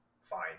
fine